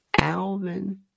Alvin